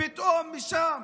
פתאום משם